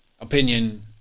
opinion